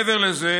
מעבר לזה,